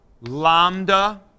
lambda